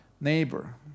neighbor